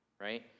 right